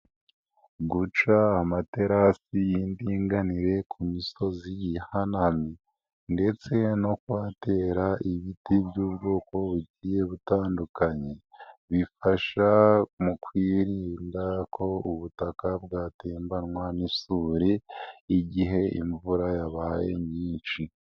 Guca amaterasi y'indinganire ku misozi ihanamye ndetse no kuhatera ibiti by'ubwoko bugiye butandukanye, bifasha mu kwirinda ko ubutaka bwatembanwa n'isuri, igihehe imvura yabaye nyinshi.